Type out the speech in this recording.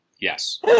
yes